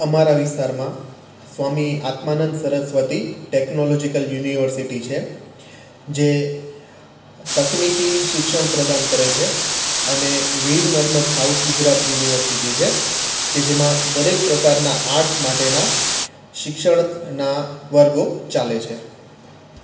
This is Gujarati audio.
અમારા વિસ્તારમાં સ્વામી આત્માનંદ સરસ્વતી ટેકનોલોજીકલ યુનિવર્સિટી છે જે તકનીકી શિક્ષણ પ્રદાન કરે છે અને વીર નર્મદ સાઉથ ગુજરાત યુનિવર્સિટી છે કે જેમાં દરેક પ્રકારનાં આર્ટસ માટેનાં શિક્ષણના વર્ગો ચાલે છે